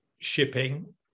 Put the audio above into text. shipping